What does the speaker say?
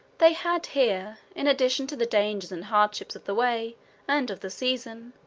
they had here, in addition to the dangers and hardships of the way and of the season,